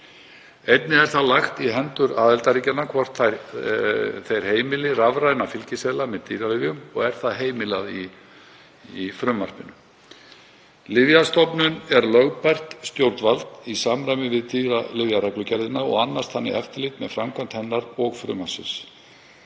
Einnig er það lagt í hendur aðildarríkjanna hvort þau heimili rafræna fylgiseðla með dýralyfjum og er það heimilað í frumvarpinu. Lyfjastofnun er lögbært stjórnvald í samræmi við dýralyfjareglugerðina og annast þannig eftirlit með framkvæmd hennar og frumvarpsins.